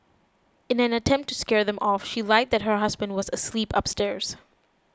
in an attempt to scare them off she lied that her husband was asleep upstairs